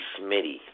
Smitty